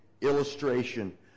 illustration